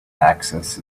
axis